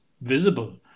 visible